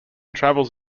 travels